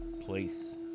place